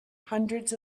hundreds